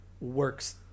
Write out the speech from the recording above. works